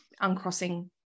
uncrossing